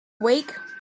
week